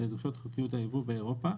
לדרישות החוקיות באירופה.